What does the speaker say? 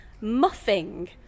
Muffing